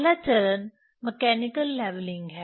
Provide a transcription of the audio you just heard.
पहला चरण mechanical levelling है